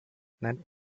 nennt